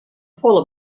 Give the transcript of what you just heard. folle